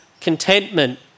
contentment